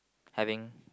having